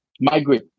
migrate